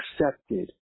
accepted